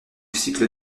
cycle